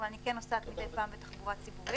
אני כן נוסעת מדי פעם בתחבורה הציבורית.